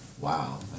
Wow